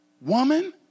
Woman